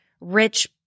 rich